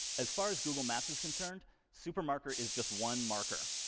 as far as google maps is concerned, supermarker is just one marker.